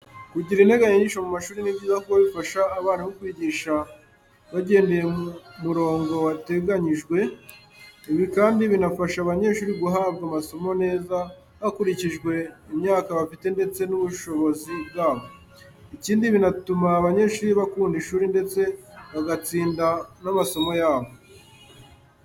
Kugira integanyanyigisho mu mashuri ni byiza kuko bifasha abarimu kwigisha bagendeye mu murongo wateganyijwe. Ibi kandi binafasha abanyeshuri guhabwa amasomo neza hakurikijwe imyaka bafite ndetse n'ubushobozi bwabo. Ikindi, binatuma abanyeshuri bakunda ishuri ndetse bagatsinda n'amasomo yabo.